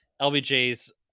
LBJ's